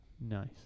Nice